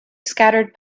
scattered